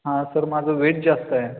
हां सर माझं वेट जास्त आहे